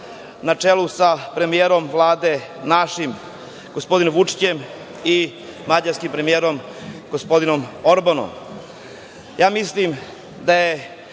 na čelu sa premijerom Vlade našim, gospodinom Vučićem i mađarskim premijerom, gospodinom Orbanom. Mislim da je